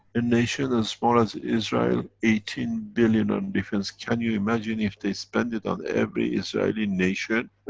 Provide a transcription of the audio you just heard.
and nation, as small as israel, eighteen billions on defense. can you imagine if they spend it on every israeli nation,